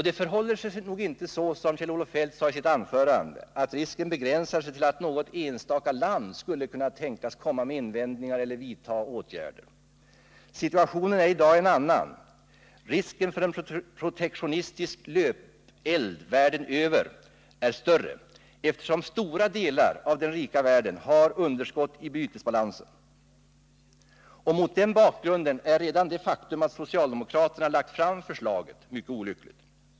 Det förhåller sig nog inte så som Kjell-Olof Feldt sade i sitt anförande att risken begränsar sig till att något enstaka land skulle kunna tänkas komma med invändningar eller vidta åtgärder. Situationen är i dag en annan. Risken för en protektionistisk löpeld världen över är större eftersom stora delar av den rika världen har underskott i bytesbalansen. Mot den bakgrunden är redan det faktum att socialdemokraterna lagt fram förslaget mycket olyckligt.